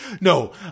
No